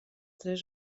tres